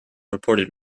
reported